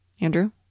Andrew